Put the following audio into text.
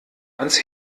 ans